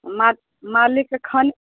मा मालिकके खान